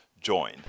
join